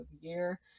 year